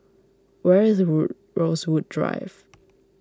where is Rosewood Drive